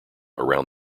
around